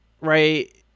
right